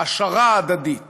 העשרה הדדית